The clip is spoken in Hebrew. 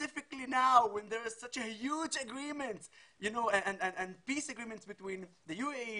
גם מבחינת היחס הפנימי שלנו וגם בזירה הבינלאומית